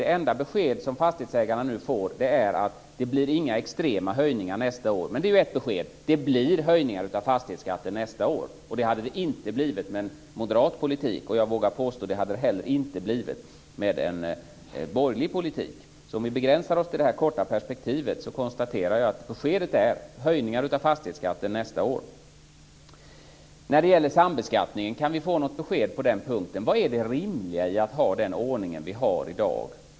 Det enda besked som fastighetsägarna nu får är att det inte blir några extrema höjningar nästa år. Men det är ju ett besked; det blir höjningar av fastighetsskatten nästa år. Det hade det inte blivit med en moderat politik. Jag vågar påstå att det inte heller hade blivit det med en borgerlig politik. Om vi begränsar oss till det korta perspektivet konstaterar jag att beskedet är att det blir höjningar av fastighetsskatten nästa år. När det gäller sambeskattningen vill jag fråga om vi kan få något besked på den punkten. Vad är det rimliga i den ordning som vi har i dag?